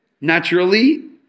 naturally